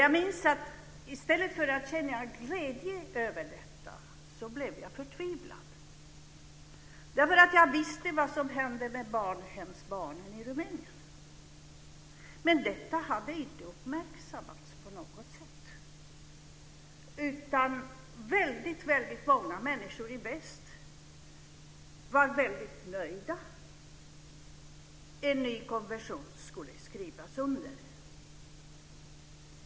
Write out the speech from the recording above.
Jag minns att i stället för att känna glädje över detta blev jag förtvivlad. Jag visste vad som hände med barnhemsbarnen i Rumänien, men detta hade inte uppmärksammats på något sätt. Väldigt många människor i väst var mycket nöjda: En ny konvention skulle skrivas under.